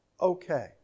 okay